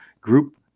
group